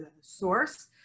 source